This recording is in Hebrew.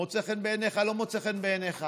מוצא חן בעיניך, לא מוצא חן בעיניך,